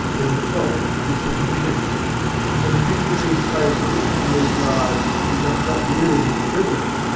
then the fault is the community's and to picture these places and these lives becomes not merely his privilege,